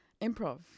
improv